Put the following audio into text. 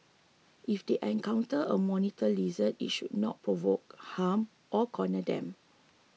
if they encounter a monitor lizard they should not provoke harm or corner them